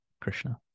Krishna